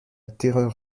terreur